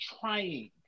trying